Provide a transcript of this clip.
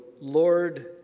Lord